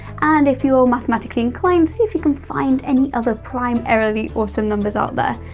and if you're mathematically inclined, see if you can find any other prime-arily awesome numbers out there!